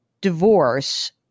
divorce